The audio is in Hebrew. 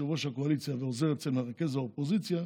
יושב-ראש הקואליציה ועוזר אצל מרכז האופוזיציה,